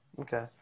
Okay